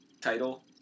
title